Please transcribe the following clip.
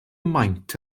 maint